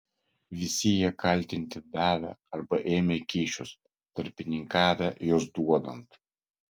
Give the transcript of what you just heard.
visi jie kaltinti davę arba ėmę kyšius tarpininkavę juos duodant